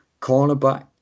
cornerback